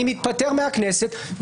אני מתפטר מהכנסת,